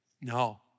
No